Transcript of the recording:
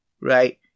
right